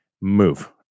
move